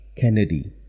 kennedy